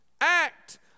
act